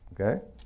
Okay